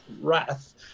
wrath